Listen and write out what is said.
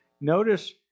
notice